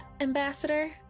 ambassador